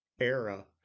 era